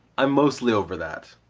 i'm mostly over that.